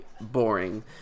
boring